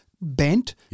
bent